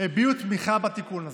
הביעו תמיכה בתיקון הזה.